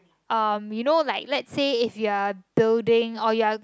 um you know like let's say if you're building or you are